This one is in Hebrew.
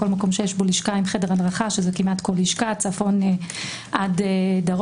בכל מקום שיש בו לשכה עם חדר הדרכה שזה כמעט כל לשכה - צפון עד דרום,